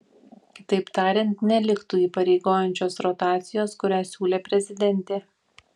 kitaip tariant neliktų įpareigojančios rotacijos kurią siūlė prezidentė